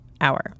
Hour